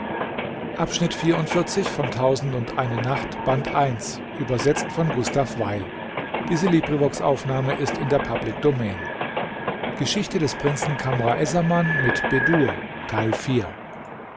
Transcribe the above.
der des prinzen kamr